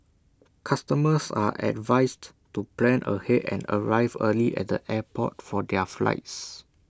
customers are advised to plan ahead and arrive early at the airport for their flights